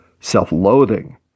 self-loathing